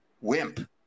wimp